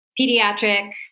pediatric